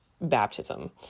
baptism